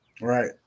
Right